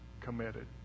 committed